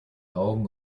augen